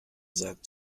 sagt